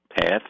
path